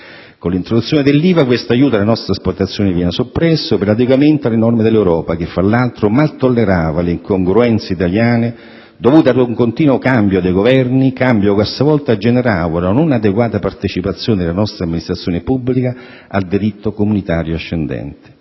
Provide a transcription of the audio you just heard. Con l'introduzione dell'IVA questo aiuto alla nostra esportazione veniva soppresso per adeguamento alle norme dell'Europa che, fra l'altro, mal tollerava le incongruenze italiane dovute ad un continuo cambio dei Governi, cambio che a sua volta generava una non adeguata partecipazione della nostra Amministrazione pubblica al diritto comunitario ascendente.